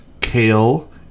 Kale